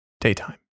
Daytime